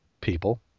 people